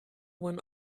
one